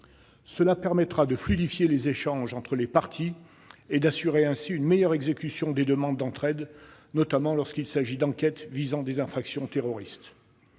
Cela permettra de fluidifier les échanges entre les parties et d'assurer ainsi une meilleure exécution des demandes d'entraide, notamment lorsqu'il s'agit d'enquêtes visant des infractions terroristes.